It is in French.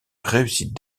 réussit